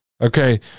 okay